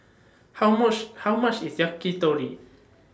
How How much IS Yakitori